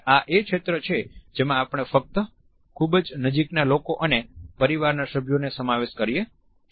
આ એ ક્ષેત્ર છે જેમાં આપણે ફક્ત ખૂબજ નજીકના લોકો અને પરિવારના સભ્યોને સમાવેશ કરીએ છીએ